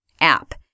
app